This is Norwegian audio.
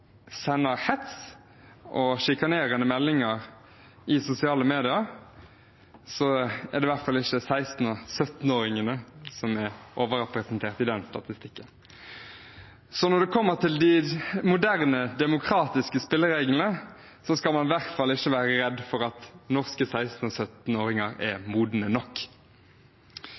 og sjikanerende meldinger på sosiale medier, er det i hvert fall ikke 16- og 17-åringene som er overrepresentert i den statistikken. Så når det kommer til de moderne demokratiske spillereglene, skal man i hvert fall ikke være redd for at ikke norske 16- og 17-åringer er modne nok.